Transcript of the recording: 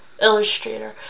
Illustrator